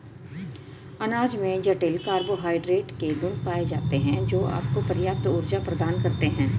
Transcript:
अनाज में जटिल कार्बोहाइड्रेट के गुण पाए जाते हैं, जो आपको पर्याप्त ऊर्जा प्रदान करते हैं